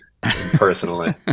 personally